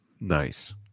Nice